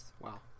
Wow